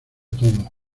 todo